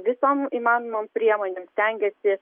visom įmanomom priemonėm stengiasi